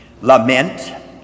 lament